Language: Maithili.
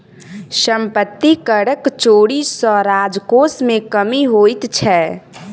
सम्पत्ति करक चोरी सॅ राजकोश मे कमी होइत छै